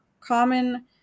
common